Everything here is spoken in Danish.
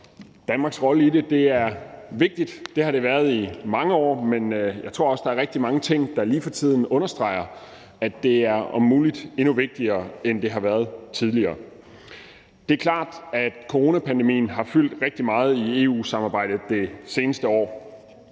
Danmarks rolle i det. Det er vigtigt, og det har det været i mange år, men jeg tror også, at der lige for tiden er rigtig mange ting, der understreger, at det er om muligt endnu vigtigere nu, end det har været tidligere. Det er klart, at coronapandemien har fyldt rigtig meget i EU-samarbejdet det seneste år.